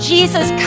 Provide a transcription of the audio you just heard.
Jesus